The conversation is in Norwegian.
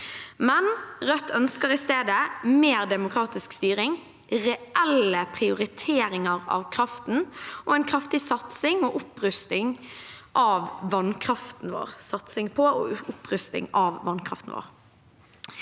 i stedet mer demokratisk styring, reelle prioriteringer av kraften og en kraftig satsing på opprusting av vannkraften vår.